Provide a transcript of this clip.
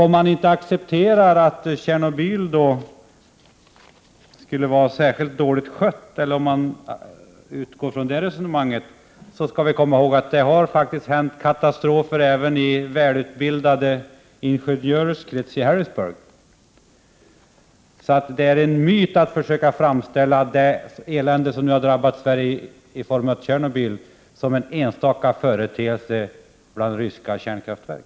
Utgår man från resonemanget att reaktorn i Tjernobyl skulle ha varit särskilt dåligt skött, skall vi komma ihåg att det har hänt katastrofer även i anläggningar som den i Harrisburg, som skötts av välutbildade ingenjörer. Det är en myt att det elände som drabbat Sverige genom olyckan i Tjernobyl skulle ha orsakats av en enstaka företeelse bland ryska kärnkraftverk.